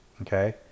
okay